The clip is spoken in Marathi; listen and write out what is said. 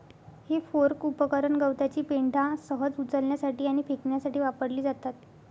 हे फोर्क उपकरण गवताची पेंढा सहज उचलण्यासाठी आणि फेकण्यासाठी वापरली जातात